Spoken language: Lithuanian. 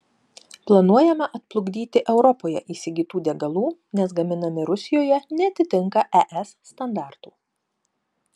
planuojama atplukdyti europoje įsigytų degalų nes gaminami rusijoje neatitinka es standartų